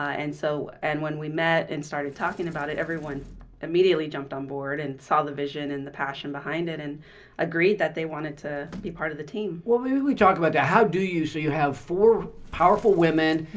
ah and so and when we met and started talking about it, everyone immediately jumped on board and saw the vision and the passion behind it and agreed that they wanted to be part of the team. well, we we talked about that. how do you so you have four powerful women,